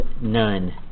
none